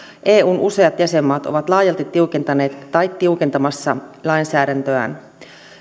eun useat jäsenmaat ovat laajalti tiukentaneet tai tiukentamassa lainsäädäntöään